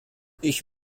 ich